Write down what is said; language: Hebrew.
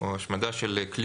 השמדה או גניבה של",